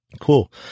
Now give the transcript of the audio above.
Cool